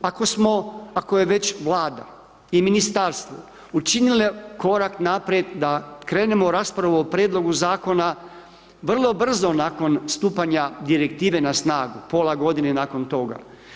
Ako je već Vlada i ministarstvo, učinile korak naprijed da krenemo u raspravu o prijedlogu zakona vrlo brzo nakon stupanja direktive na snagu, pola godine nakon toga.